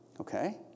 Okay